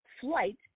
flight